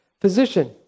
Physician